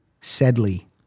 Sedley